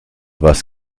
was